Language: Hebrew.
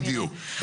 בדיוק.